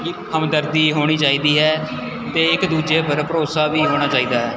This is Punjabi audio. ਹਮਦਰਦੀ ਹੋਣੀ ਚਾਹੀਦੀ ਹੈ ਅਤੇ ਇੱਕ ਦੂਜੇ ਉੱਪਰ ਭਰੋਸਾ ਵੀ ਹੋਣਾ ਚਾਹੀਦਾ ਹੈ